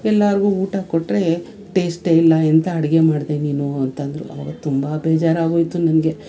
ಎಲ್ಲರ್ಗೂ ಊಟ ಕೊಟ್ಟರೆ ಟೇಸ್ಟೇ ಇಲ್ಲ ಎಂಥ ಅಡುಗೆ ಮಾಡಿದೆ ನೀನು ಅಂತಂದರು ಅವಾಗ ತುಂಬ ಬೇಜಾರಾಗೋಯಿತು ನನಗೆ